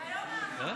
ביום האחרון